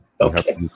Okay